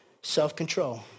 Self-control